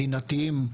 מדיניים,